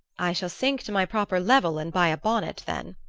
i shall sink to my proper level and buy a bonnet, then,